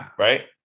Right